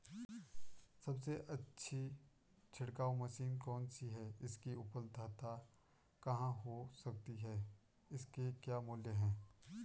सबसे अच्छी छिड़काव मशीन कौन सी है इसकी उपलधता कहाँ हो सकती है इसके क्या मूल्य हैं?